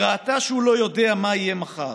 היא ראתה שהוא לא יודע מה יהיה מחר,